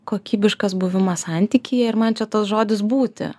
kokybiškas buvimas santykyje ir man čia tas žodis būti